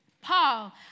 Paul